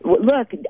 Look